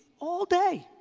all day,